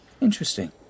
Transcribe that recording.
Interesting